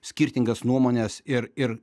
skirtingas nuomones ir ir